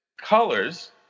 colors